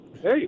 hey